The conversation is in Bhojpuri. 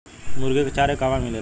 मुर्गी के चारा कहवा मिलेला?